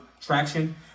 traction